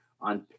on